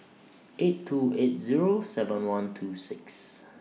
eight two eight Zero seven one two six